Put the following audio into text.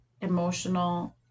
emotional